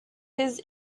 his